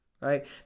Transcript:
Right